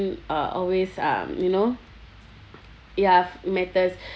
uh always um you know ya matters